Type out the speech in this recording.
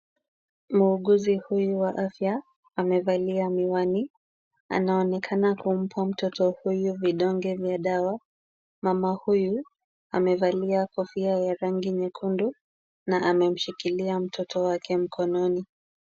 Muuguzi huyu wa afya amevalia miwani anaonekana kumpa mtoto huyu vidonge vya dawa, mama huyu amevalia kofia ya rangi nyekundu na amemshikilia mtoto wake mkononi.